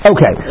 Okay